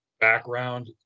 background